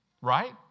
Right